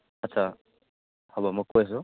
আচ্ছা হ'ব মই কৈ আছোঁ